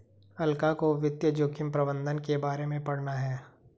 अलका को वित्तीय जोखिम प्रबंधन के बारे में पढ़ना है